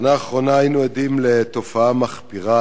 בשנה האחרונה היינו עדים לתופעה מחפירה,